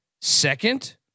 second